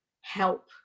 help